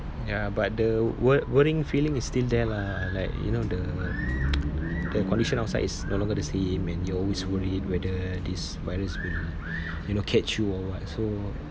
ya but the w~ worrying feeling is still there lah like you know the the condition outside is no longer the same and you're always worried whether this virus will you know catch you or what so